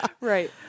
Right